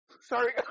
Sorry